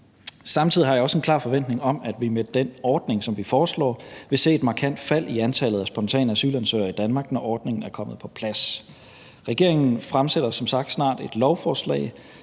Samtidig har jeg også en klar forventning om, at vi med den ordning, som vi foreslår, vil se et markant fald i antallet af spontane asylansøgere i Danmark, når ordningen er kommet på plads. Regeringen fremsætter som sagt snart et lovforslag,